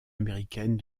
américaine